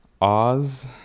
Oz